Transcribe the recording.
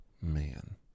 man